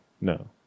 No